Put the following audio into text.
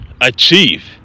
achieve